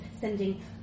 sending